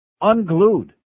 Unglued